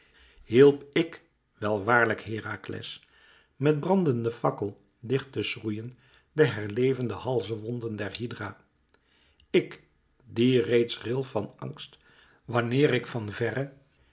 hielp ik wel waarlijk herakles met brandenden fakkel dicht te schroeien de herlevende halzewonden der hydra ik die reeds ril van angst wanneer ik van verre